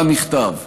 שבה נכתב: